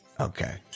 Okay